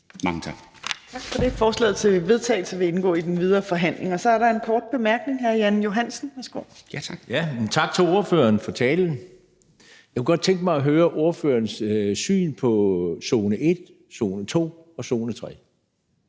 Torp): Tak for det. Forslaget til vedtagelse vil indgå i den videre forhandling. Så er der en kort bemærkning fra hr. Jan Johansen. Værsgo. Kl. 13:10 Jan Johansen (S): Tak. Og tak til ordføreren for talen. Jeg kunne godt tænke mig at høre ordførerens syn på zone 1, zone 2 og zone 3.